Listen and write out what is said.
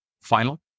final